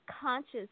Conscious